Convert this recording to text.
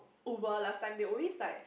Uber last time they always like